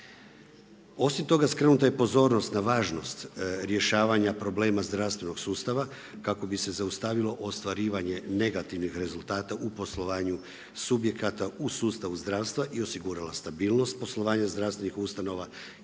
Osim toga, skrenuta je pozornost na važnost rješavanja problema zdravstvenog sustava kako bi se zaustavilo ostvarivanje negativnih rezultata u poslovanju subjekata u sustavu zdravstva i osigurala stabilnost poslovanja zdravstvenih ustanova